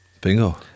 Bingo